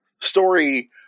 story